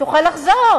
היא תוכל לחזור,